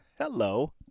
Hello